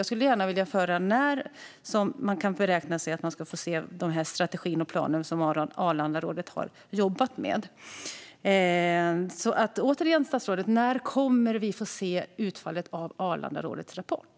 Jag skulle gärna vilja höra när vi kan räkna med att vi får se den strategi och plan som Arlandarådet har jobbat med. Återigen, statsrådet: När kommer vi att få se utfallet av Arlandarådets rapport?